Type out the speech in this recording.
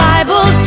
Bible